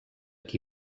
qui